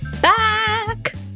back